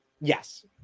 Yes